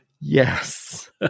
Yes